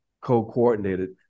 co-coordinated